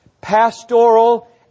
pastoral